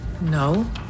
no